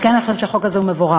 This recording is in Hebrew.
על כן אני חושבת שהחוק הזה מבורך.